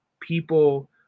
people